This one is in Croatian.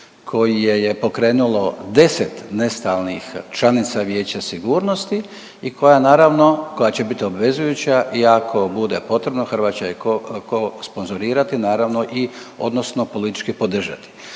koje je pokrenulo 10 nestalih članica Vijeća sigurnosti i koja naravno, koja će bit obvezujuća i ako bude potrebno …/Govornik se ne razumije./… sponzorirati, naravno i odnosno politički podržati.